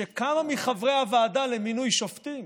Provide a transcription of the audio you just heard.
שכמה מחברי הוועדה למינוי שופטים